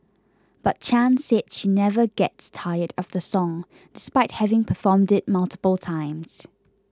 but Chan said she never gets tired of the song despite having performed it multiple times